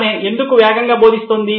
ఆమె ఎందుకు వేగంగా బోధిస్తోంది